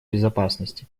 безопасности